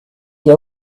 you